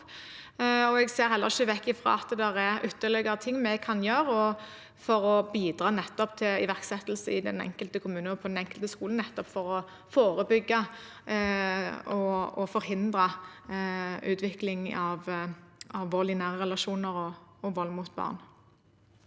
Jeg ser heller ikke bort fra at det er ytterligere ting vi kan gjøre for å bidra til iverksettelse i den enkelte kommune og på den enkelte skole nettopp for å forebygge og forhindre utvikling av vold i nære relasjoner og vold mot barn.